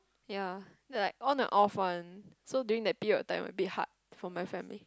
ya they like on and off one so during that period of time a bit hard for my family